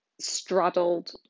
straddled